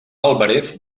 álvarez